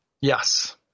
Yes